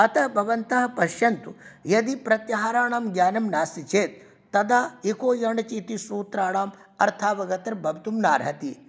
अतः भवन्तः पश्यन्तु यदि प्रत्याहाराणां ज्ञानं नास्ति चेत् तदा इको यणचि इति सूत्राणां अर्थावगतिर्भवितुं न अर्हति